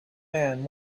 man